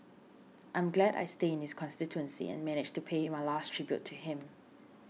I'm glad I stay in his constituency and managed to pay my last tribute to him